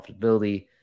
profitability